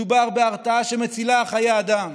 מדובר בהרתעה שמצילה חיי אדם.